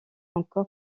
encore